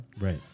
Right